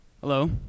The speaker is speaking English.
Hello